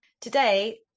Today